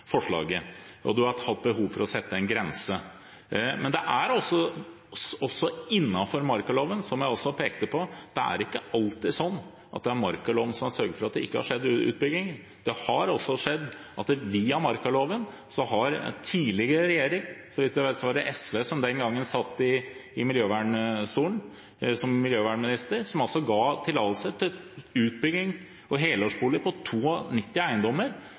forslaget. Det har vært behov for å sette en grense. Men som jeg også pekte på, det har ikke alltid vært slik at det er markaloven som har sørget for at det ikke har skjedd utbygging. Det har altså skjedd at via markaloven har tidligere regjering – så vidt jeg vet var det SV som den gangen satt i miljøvernministerstolen, som hadde miljøvernministeren– gitt tillatelse til utbygging og helårsboliger på 92 eiendommer, noe som Oslo kommune hadde sagt nei til, og